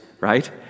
right